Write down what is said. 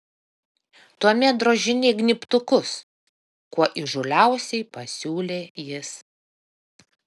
tuomet drožinėk gnybtukus kuo įžūliausiai pasiūlė jis